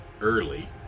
early